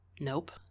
Nope